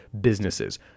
businesses